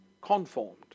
conformed